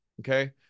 Okay